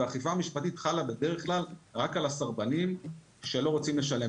והאכיפה המשפטית חלה בדרך כלל רק על הסרבנים שלא רוצים לשלם.